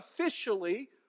officially